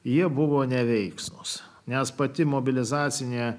jie buvo neveiksnūs nes pati mobilizacinė